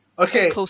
Okay